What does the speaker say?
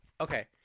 Okay